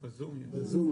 בזום?